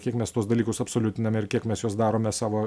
kiek mes tuos dalykus absoliutiname ir kiek mes juos darome savo